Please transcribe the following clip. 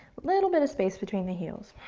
little bit of space between the heels.